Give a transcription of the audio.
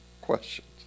questions